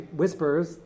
whispers